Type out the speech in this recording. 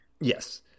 Yes